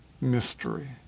mystery